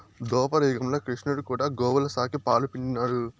దోపర యుగంల క్రిష్ణుడు కూడా గోవుల సాకి, పాలు పిండినాడు